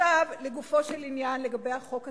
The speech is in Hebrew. עכשיו לגופו של עניין, לגבי החוק עצמו.